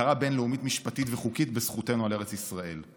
הכרה בין-לאומית משפטית וחוקית בזכותנו על ארץ ישראל.